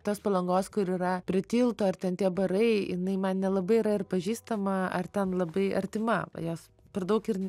tas palangos kur yra prie tilto ir ten tie barai jinai man nelabai yra ir pažįstama ar ten labai artima jos per daug ir